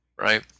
right